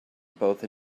both